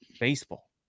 baseball